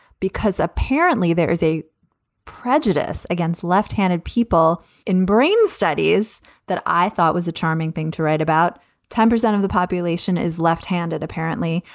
because apparently there is a prejudice against lefthanded people in brain studies that i thought was a charming thing to write. about ten percent of the population is lefthanded, apparently.